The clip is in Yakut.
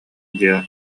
дьиэ